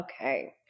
okay